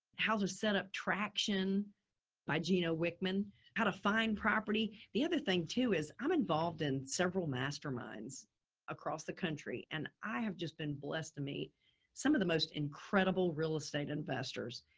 how's it set up traction by gino wickman, how to find property. the other thing too is i'm involved in several masterminds across the country and i have just been blessed to meet some of the most incredible real estate investors.